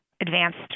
advanced